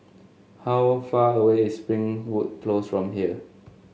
how far away is Springwood Close from here